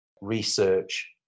research